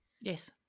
yes